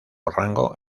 rango